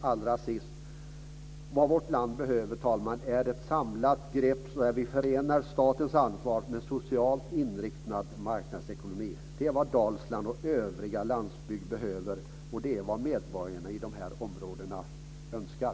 Allra sist: Vad vårt land behöver, herr talman, är ett samlat grepp där vi förenar statens ansvar med en socialt inriktad marknadsekonomi. Det är vad Dalsland och övriga landsbygden behöver, och det är också vad medborgarna i de här områdena önskar.